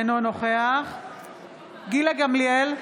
אינו נוכח גילה גמליאל,